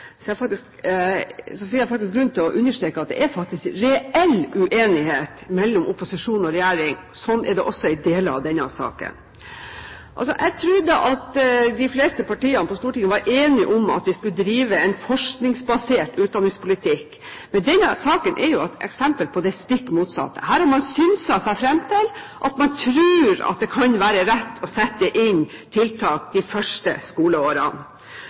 finner jeg faktisk grunn til å understreke at det er faktisk reell uenighet mellom opposisjonen og regjeringen. Slik er det også i deler av denne saken. Jeg trodde at de fleste partiene på Stortinget var enige om at vi skulle drive en forskningsbasert utdanningspolitikk. Men denne saken er et eksempel på det stikk motsatte. Her har man synset seg fram til at man tror det kan være rett å sette inn tiltak de første skoleårene.